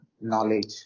knowledge